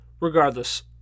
regardless